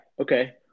Okay